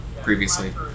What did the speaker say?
previously